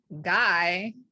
guy